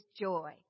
joy